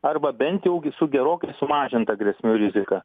arba bent jau gi su gerokai sumažinta grėsmių rizika